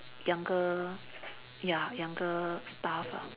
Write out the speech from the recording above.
younger ya younger staff lah